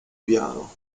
piano